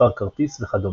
מספר כרטיס וכדומה.